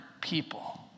people